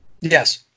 Yes